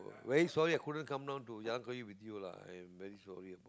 very sorry I couldn't come down to with you lah I'm very sorry